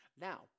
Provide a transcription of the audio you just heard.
now